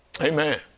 Amen